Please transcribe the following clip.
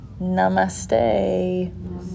Namaste